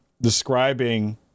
describing